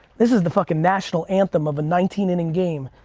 this is the fucking national anthem of a nineteen inning game.